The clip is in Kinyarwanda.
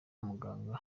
muganga